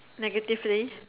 negatively